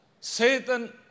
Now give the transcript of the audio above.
Satan